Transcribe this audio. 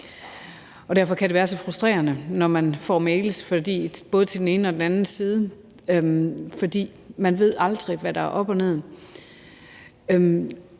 Derfor kan det være så frustrerende, når man får mails fra både den ene og den anden side, for man ved aldrig, hvad der er op og ned,